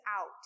out